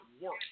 work